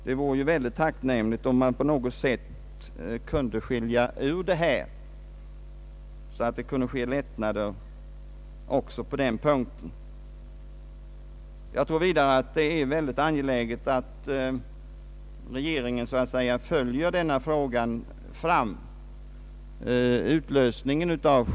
Det vore ju tacknämligt, om det kunde ske något slags åtskillnad, så att det blev lättnader också på den punkten. Jag tror vidare att det är angeläget att regeringen följer denna fråga framåt.